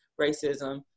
racism